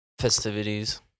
festivities